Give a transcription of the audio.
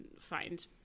find